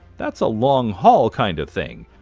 that's a long haul kind of thing.